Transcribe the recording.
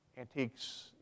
antiques